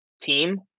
team